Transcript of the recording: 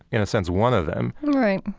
in a sense, one of them right.